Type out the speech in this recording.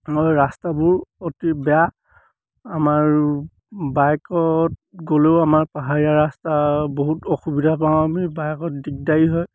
আমাৰ ৰাস্তাবোৰ অতি বেয়া আমাৰ বাইকত গ'লেও আমাৰ পাহাৰীয়া ৰাস্তা বহুত অসুবিধা পাওঁ আমি বাইকত দিগদাৰি হয়